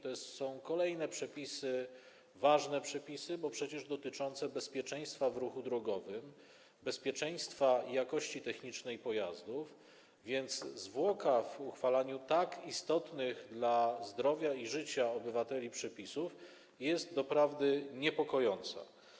To są kolejne ważne przepisy, bo przecież dotyczące bezpieczeństwa w ruchu drogowym, bezpieczeństwa i jakości technicznej pojazdów, więc zwłoka w uchwalaniu tak istotnych dla zdrowia i życia obywateli przepisów jest doprawdy niepokojąca.